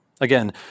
Again